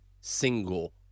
single